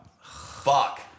Fuck